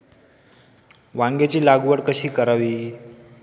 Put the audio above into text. वांग्यांची लागवड कशी करावी?